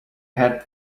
had